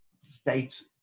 state